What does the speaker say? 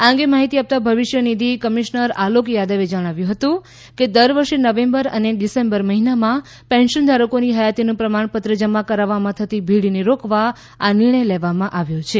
આ અંગે માહિતી આપતા ભવિષ્ય નિધિ કમિશનર આલોક યાદવે જણાવ્યું હતું કે દર વર્ષે નવેમ્બર અને ડિસેમ્બર મહિનામાં પેન્શનધારકોની હયાતીનું પ્રમાણપત્ર જમા કરાવવામાં થતી ભીડને રોકવા આ નિર્ણય લેવામાં આવ્યો છે